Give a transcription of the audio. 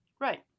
Right